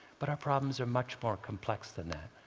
but our problems are much more complex than that.